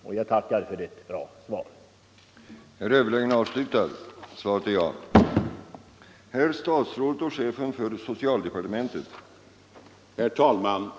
Jag tackar än en gång för ett bra svar.